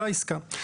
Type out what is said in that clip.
זו העסקה.